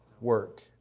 work